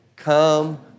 come